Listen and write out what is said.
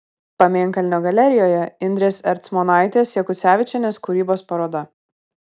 pamėnkalnio galerijoje indrės ercmonaitės jakucevičienės kūrybos paroda